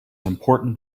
important